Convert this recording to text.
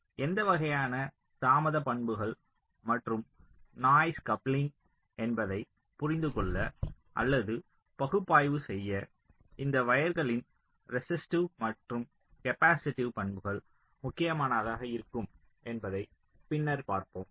எந்த வகையான தாமத பண்புகள் மற்றும் நாய்ஸ் கப்லிங் என்பதை புரிந்து கொள்ள அல்லது பகுப்பாய்வு செய்ய இந்த வயர்களின் ரெசிஸ்டிவ் மற்றும் கேப்பாசிட்டிவ் பண்புகள் முக்கியமானதாக இருக்கும் என்பதைப் பின்னர் பார்ப்போம்